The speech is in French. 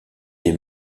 des